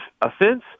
offense